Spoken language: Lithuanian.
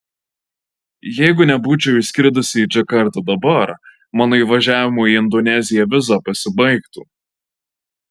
jeigu nebūčiau išskridusi į džakartą dabar mano įvažiavimo į indoneziją viza pasibaigtų